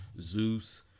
Zeus